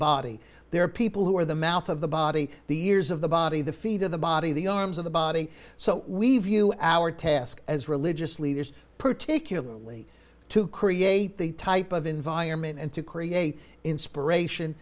body there are people who are the mouth of the body the ears of the body the feet of the body the arms of the body so we view our task as religious leaders particularly to create the type of environment and to create inspiration